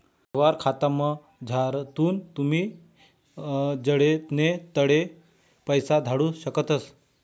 यवहार खातामझारथून तुमी जडे नै तठे पैसा धाडू शकतस